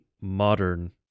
modern